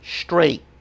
straight